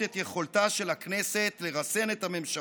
את יכולתה של הכנסת לרסן את הממשלה,